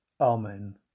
Amen